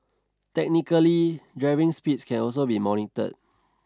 technically driving speeds can also be monitored